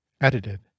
edited